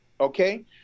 okay